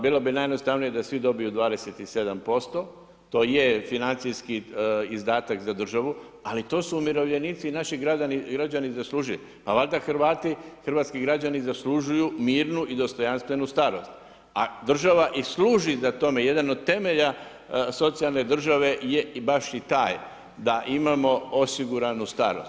Bilo bi najjednostavnije da svi dobiju 27%, to je financijski izdatak za državu, ali to su umirovljenici i naši građani zaslužili, pa valjda Hrvati, Hrvatski građani zaslužuju mirnu i dostojanstvenu starost, a država i služi da tome, jedan od temelja socijalne države je baš i taj da imamo osiguranu starost.